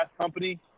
company